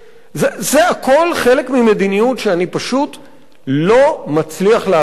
זה הכול חלק ממדיניות שאני פשוט לא מצליח להבין אותה.